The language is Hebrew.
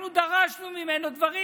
אנחנו דרשנו ממנו דברים